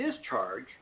discharge